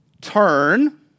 turn